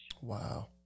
wow